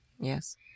Yes